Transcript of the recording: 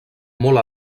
molt